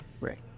Right